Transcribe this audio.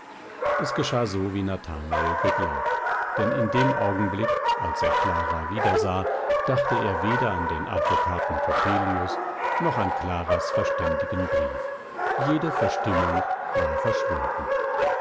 es geschah so wie nathanael geglaubt denn in dem augenblick als er clara wiedersah dachte er weder an den advokaten coppelius noch an claras verständigen brief jede verstimmung war verschwunden